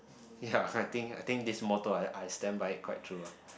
ya I think I think this motto I I stand by it quite true ah